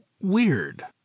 weird